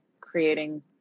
creating